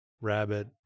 rabbit